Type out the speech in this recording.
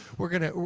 we're gonna.